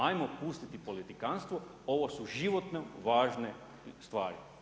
Ajmo pustiti politikanstvo, ovo su životno važne stvari.